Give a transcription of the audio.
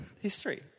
history